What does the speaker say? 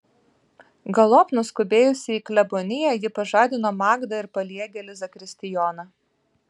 galop nuskubėjusi į kleboniją ji pažadino magdą ir paliegėlį zakristijoną